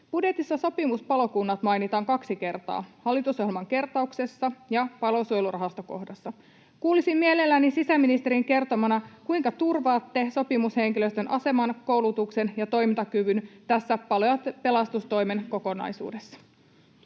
Budjetissa sopimuspalokunnat mainitaan kaksi kertaa: hallitusohjelman kertauksessa ja Palosuojelurahasto-kohdassa. Kuulisin mielelläni sisäministerin kertomana, kuinka turvaatte sopimushenkilöstön aseman, koulutuksen ja toimintakyvyn tässä palo‑ ja pelastustoimen kokonaisuudessa.